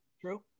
True